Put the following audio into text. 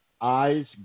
eyes